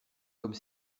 comme